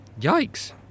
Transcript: Yikes